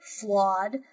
flawed